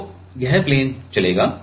तो यह प्लेन चलेगा